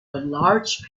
large